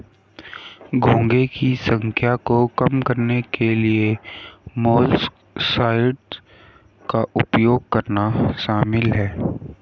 घोंघे की संख्या को कम करने के लिए मोलस्कसाइड्स का उपयोग करना शामिल है